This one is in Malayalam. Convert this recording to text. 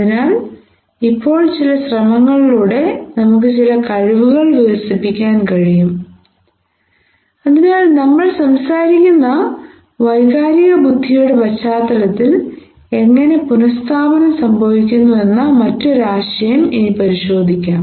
അതിനാൽ ഇപ്പോൾ ചില ശ്രമങ്ങളിലൂടെ നമുക്ക് ചില കഴിവുകൾ വികസിപ്പിക്കാൻ കഴിയും അതിനാൽ നമ്മൾ സംസാരിക്കുന്ന വൈകാരിക ബുദ്ധിയുടെ പശ്ചാത്തലത്തിൽ എങ്ങനെ പുനസ്ഥാപനം സംഭവിക്കുന്നു എന്ന മറ്റൊരു ആശയം ഇനി പരിശോധിക്കാം